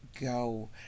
go